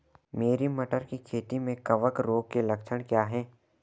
मेरी मटर की खेती में कवक रोग के लक्षण क्या हैं?